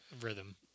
rhythm